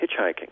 hitchhiking